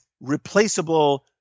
replaceable